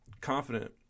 confident